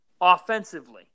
offensively